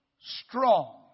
strong